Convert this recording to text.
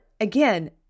again